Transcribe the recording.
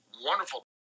wonderful